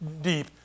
deep